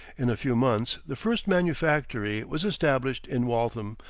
in a few months the first manufactory was established in waltham,